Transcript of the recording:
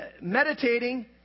meditating